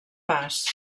pas